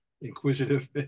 inquisitive